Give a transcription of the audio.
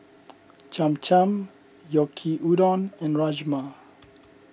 Cham Cham Yaki Udon and Rajma